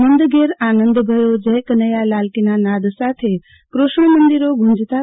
નંદ ઘેર આનંદ ભયો જય કનૈયા લાલ કી ના નાદ સાથે કૃષ્ણ મંદિરો ગૂંજતા થશે